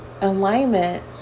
alignment